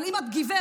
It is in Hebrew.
אבל אם את גברת,